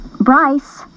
Bryce